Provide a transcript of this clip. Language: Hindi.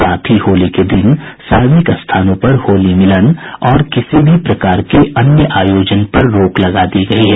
साथ ही होली के दिन सार्वजनिक स्थानों पर होली मिलन और किसी भी प्रकार के अन्य आयोजन पर रोक लगा दी गयी है